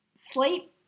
Sleep